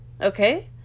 Okay